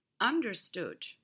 understood